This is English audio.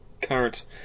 current